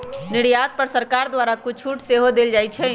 निर्यात पर सरकार द्वारा कुछ छूट सेहो देल जाइ छै